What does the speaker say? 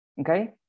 Okay